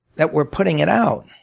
that we're putting it out?